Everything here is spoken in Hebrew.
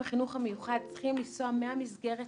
למועדונית למסגרת